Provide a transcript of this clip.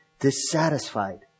dissatisfied